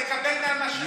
על לקבל מהמשאבים.